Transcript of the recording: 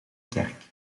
kerk